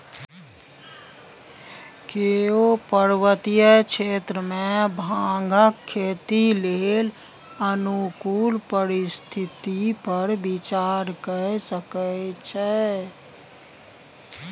केओ पर्वतीय क्षेत्र मे भांगक खेती लेल अनुकूल परिस्थिति पर विचार कए सकै छै